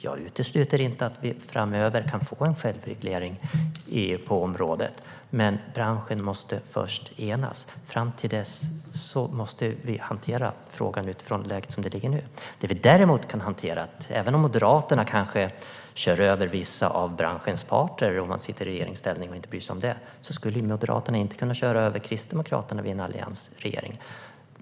Jag utesluter inte att vi framöver kan få en självreglering på området, men branschen måste först enas. Fram till dess måste vi hantera frågan utifrån det läge som vi har nu. Även om Moderaterna i en alliansregering skulle köra över vissa av branschens parter skulle man nog inte kunna köra över Kristdemokraterna.